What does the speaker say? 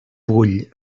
vull